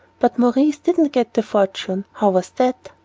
but maurice didn't get the fortune. how was that?